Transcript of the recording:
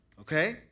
okay